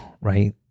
right